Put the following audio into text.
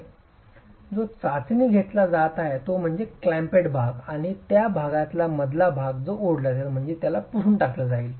bed joint जो चाचणी घेतला जात आहे तो म्हणजे क्लॅम्पेड भाग आणि त्या भागाच्या मधला एक भाग जो ओढला जाईल म्हणजे मला पुसून टाकलं जाईल